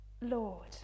Lord